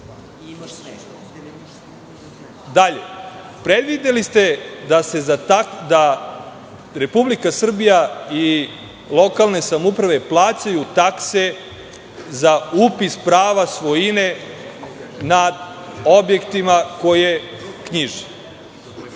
amandman prihvatiti. Predvideli ste da Republika Srbija i lokalne samouprave plaćaju takse za upis prava svojine nad objektima koje knjiže.